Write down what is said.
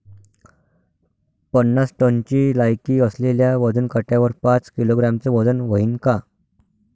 पन्नास टनची लायकी असलेल्या वजन काट्यावर पाच किलोग्रॅमचं वजन व्हईन का?